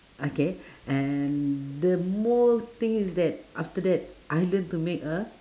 okay and the more thing is that after that I learn to make a